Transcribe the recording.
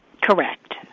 correct